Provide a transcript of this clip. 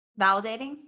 Validating